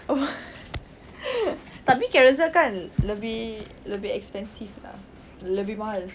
oh tapi carousell kan lebih lebih expensive lah lebih mahal